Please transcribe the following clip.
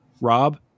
Rob